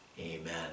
Amen